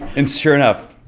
and sure enough,